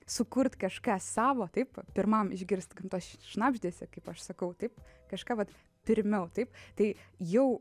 sukurt kažką savo taip pirmam išgirst gamtos šnabždesį kaip aš sakau taip kažką vat pirmiau taip tai jau